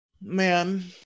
Man